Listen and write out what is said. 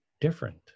different